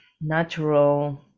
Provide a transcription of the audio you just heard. natural